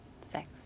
sex